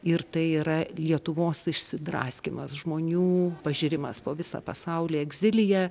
ir tai yra lietuvos išsidraskymas žmonių pažėrimas po visą pasaulį egzilija